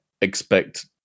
expect